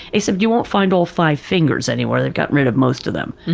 except you won't find all five fingers anywhere. they're gotten rid of most of them,